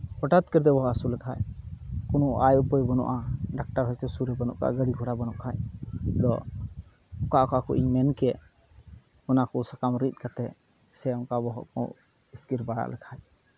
ᱦᱚᱴᱟᱛ ᱠᱚᱨᱮᱛᱮ ᱵᱚᱦᱚᱜ ᱦᱟᱹᱥᱩ ᱞᱮᱠᱷᱟᱡ ᱠᱳᱱᱳ ᱟᱭ ᱩᱯᱟᱹᱭ ᱵᱟᱹᱱᱩᱜᱼᱟ ᱰᱟᱠᱴᱟᱨ ᱦᱚᱭᱛᱳ ᱥᱩᱨ ᱨᱮ ᱵᱟᱹᱱᱩᱜ ᱠᱚᱣᱟ ᱫᱚ ᱚᱠᱟ ᱚᱠᱟ ᱠᱚᱧ ᱢᱮᱱ ᱠᱮᱜ ᱚᱱᱟ ᱠᱚ ᱥᱟᱠᱟᱢ ᱨᱤᱫ ᱠᱟᱛᱮ ᱥᱮ ᱚᱱᱠᱟ ᱵᱚᱦᱚᱜ ᱠᱚ ᱤᱥᱠᱤᱨ ᱵᱟᱲᱟ ᱞᱮᱠᱷᱟᱡ